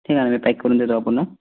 ठीक आहे मी पॅक करून देतो आपण ना